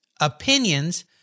opinions